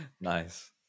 nice